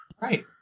Right